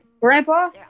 Grandpa